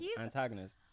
antagonist